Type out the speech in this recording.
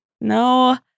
No